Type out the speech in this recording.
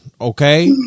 Okay